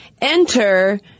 enter